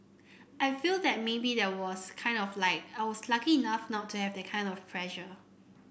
I feel that maybe that was kind of like I was lucky enough not to have that kind of pressure